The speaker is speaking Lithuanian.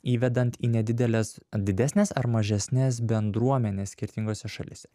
įvedant į nedideles didesnes ar mažesnes bendruomenes skirtingose šalyse